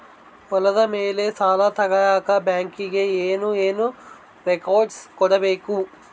ಹೊಲದ ಮೇಲೆ ಸಾಲ ತಗಳಕ ಬ್ಯಾಂಕಿಗೆ ಏನು ಏನು ರೆಕಾರ್ಡ್ಸ್ ಕೊಡಬೇಕು?